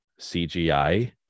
cgi